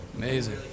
Amazing